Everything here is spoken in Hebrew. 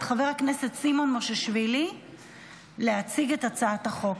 את חבר הכנסת סימון מושיאשוילי להציג את הצעת החוק,